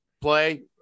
play